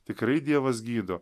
tikrai dievas gydo